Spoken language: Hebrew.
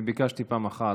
אני ביקשתי פעם אחת,